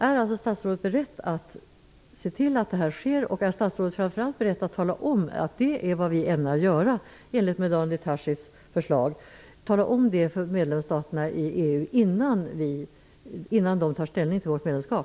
Är statsrådet beredd att se till att det här sker och att tala om att vi ämnar göra detta enligt Daniel Tarschys förslag? Tala om det för medlemsstaterna i EU innan de tar ställning till vårt medlemskap!